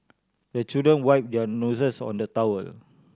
the children wipe their noses on the towel